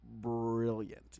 brilliant